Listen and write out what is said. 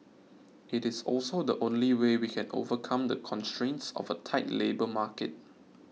it is also the only way we can overcome the constraints of a tight labour market